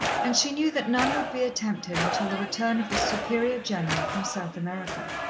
and she knew that none would be attempted until the return of the superior-general from south america.